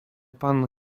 pan